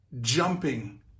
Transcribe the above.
jumping